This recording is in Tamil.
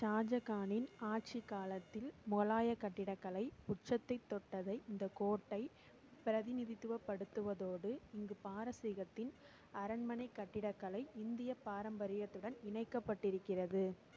ஷாஜஹானின் ஆட்சிக் காலத்தில் முகலாயக் கட்டிடக்கலை உச்சத்தைத் தொட்டதை இந்தக் கோர்ட்டை பிரதிநிதித்துவப்படுத்துவதோடு இங்கு பாரசீகத்தின் அரண்மனைக் கட்டிடக்கலை இந்தியப் பாரம்பரியத்துடன் இணைக்கப்பட்டிருக்கிறது